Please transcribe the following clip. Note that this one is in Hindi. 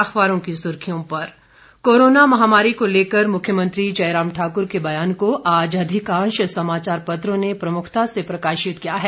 अखबारों की सुर्खियों पर कोरोना महामारी को लेकर मुख्यमंत्री जयराम ठाक्र के बयान को आज अधिकांश समाचार पत्रों ने प्रमुखता से प्रकाशित किया है